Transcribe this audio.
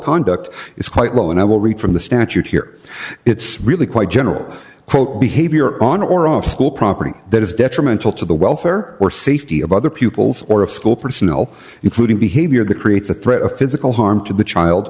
conduct is quite low and i will read from the statute here it's really quite general behavior on or off school property that is detrimental to the welfare or safety of other pupils or of school personnel including behavior that creates a threat of physical harm to the child